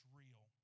real